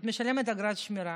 את משלמת אגרת שמירה.